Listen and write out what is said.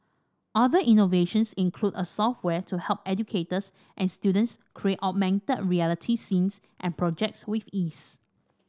other innovations include a software to help educators and students create augmented reality scenes and projects with ease